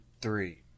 three